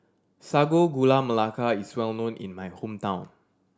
Sago Gula Melaka is well known in my hometown